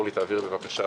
אולי תאמר משהו